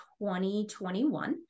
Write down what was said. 2021